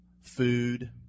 Food